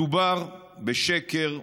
מדובר בשקר מוחלט,